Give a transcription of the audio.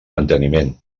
manteniment